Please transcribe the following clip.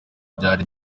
byari